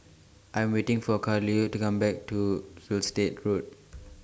I Am waiting For Carolee to Come Back from Gilstead Road